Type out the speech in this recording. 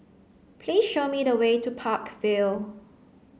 please show me the way to Park Vale